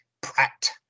Pratt